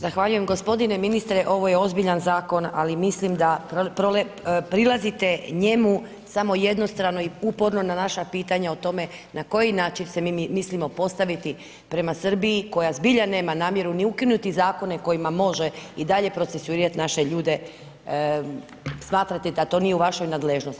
Zahvaljujem, gospodine ministre ovo je ozbiljan zakon ali mislim da prilazite njemu samo jednostrano i uporno na naša pitanja o tome na koji način se mi mislimo postaviti prema Srbiji koja zbilja nema namjeru ni ukinuti zakone, kojima može i dalje procesuirati naše ljude, smatrate da to nije u vašoj nadležnosti.